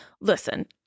listen